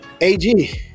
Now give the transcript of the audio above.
AG